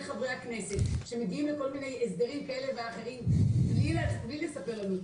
חברי הכנסת שמגיעים לכל מיני הסדרים כאלה ואחרים בלי לספר לנו,